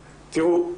תראו,